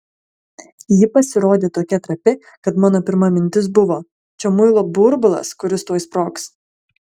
ji pasirodė tokia trapi kad mano pirma mintis buvo čia muilo burbulas kuris tuoj sprogs